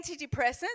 antidepressants